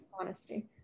Honesty